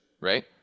right